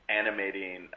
animating